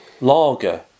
lager